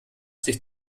sich